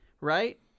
right